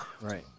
right